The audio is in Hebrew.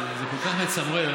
זה כל כך מצמרר.